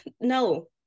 no